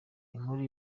inkuru